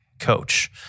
coach